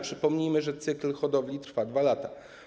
Przypomnijmy, że cykl hodowli trwa 2 lata.